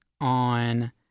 on